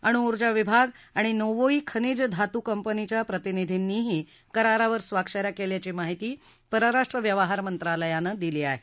अणुउर्जा विभाग आणि नोवोई खनिज धातू कंपनीच्या प्रतिनिधींनीही करारावर स्वाक्षऱ्या केल्याची माहिती परराष्ट्र व्यवहार मंत्रालयानं दिली आहे